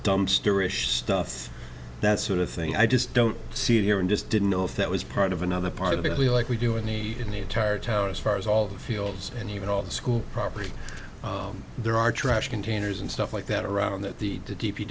dumpster ish stuff that sort of thing i just don't see it here and just didn't know if that was part of another part of what we like we do in the in the entire town as far as all the fields and even all the school property there are trash containers and stuff like that around that the